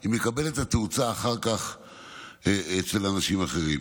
היא מקבלת את התאוצה אחר כך אצל אנשים אחרים.